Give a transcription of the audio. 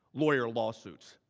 lawyer lawsuits.